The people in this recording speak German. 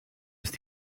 ist